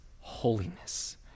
holiness